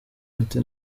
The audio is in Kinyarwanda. ati